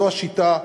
זו השיטה,